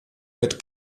mit